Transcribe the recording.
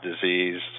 disease